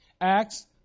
Acts